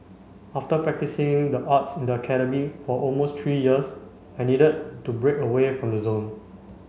after practising the arts in the academy for almost three years I needed to break away from the zone